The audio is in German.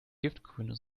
giftgrüne